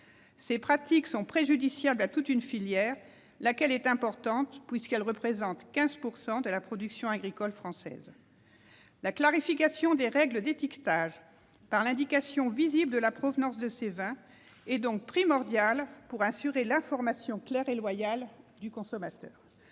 Ces pratiques sont préjudiciables à toute une filière, laquelle est importante, puisqu'elle représente 15 % de la production agricole française. La clarification des règles d'étiquetage et l'indication visible de la provenance de ces vins sont donc primordiales pour assurer l'information claire et loyale du consommateur.